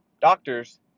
doctors